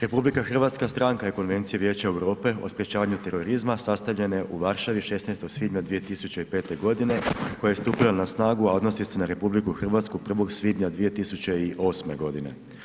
RH stranka je Konvencije Vijeća Europe o sprječavanju terorizma sastavljene u Varšavi 16. svibnja 2005. godine koja je stupila na snagu a odnosi se na RH od 1. svibnja 2008. godine.